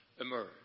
emerge